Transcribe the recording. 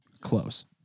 Close